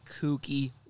kooky